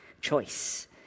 choice